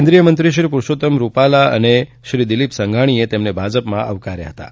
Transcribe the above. કેન્દ્રિય મંત્રીશ્રી રૂપાલા અને શ્રી દિલીપ સંઘાણીએ તેમને ભાજપમાં આવકાર્યા હતાં